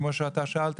כמו שאתה שאלת,